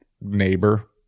neighbor